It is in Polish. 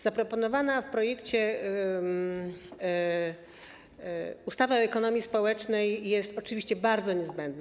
Zaproponowana w projekcie ustawa o ekonomii społecznej jest oczywiście bardzo niezbędna.